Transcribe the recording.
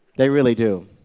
they really do.